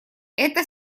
эта